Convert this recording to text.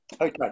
Okay